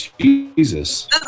Jesus